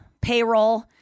payroll